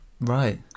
right